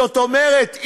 זאת אומרת,